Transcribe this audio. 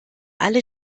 alle